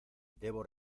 debo